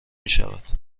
میشود